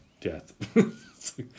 death